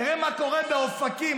תראה מה קורה באופקים,